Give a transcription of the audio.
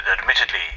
admittedly